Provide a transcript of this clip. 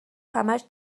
همش